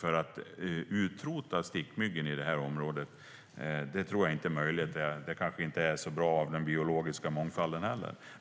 Jag tror inte att det är möjligt att utrota stickmyggorna i området, och det är kanske inte så bra för den biologiska mångfalden heller.